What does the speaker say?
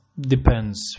depends